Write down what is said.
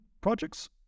projects